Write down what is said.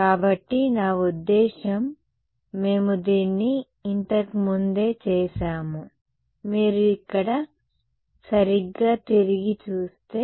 కాబట్టి నా ఉద్దేశ్యం మేము దీన్ని ఇంతకు ముందే చేసాము మీరు ఇక్కడ సరిగ్గా తిరిగి చూస్తే